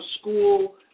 school